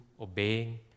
obeying